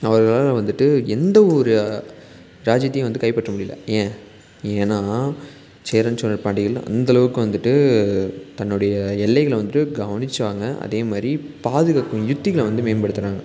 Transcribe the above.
அவர்களால் வந்துட்டு எந்த ஒரு ராஜ்ஜியத்தையும் வந்து கைப்பற்ற முடியல ஏன் ஏன்னா சேரன் சோழர் பாண்டியர்கள் அந்த அளவுக்கு வந்துட்டு தன்னுடைய எல்லைகளை வந்துட்டு கவனிச்சாங்க அதேமாதிரி பாதுகாக்கும் யுக்திகளை வந்து மேம்படுத்தினாங்க